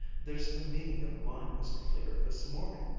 there's the meaning of mine as clear as morning.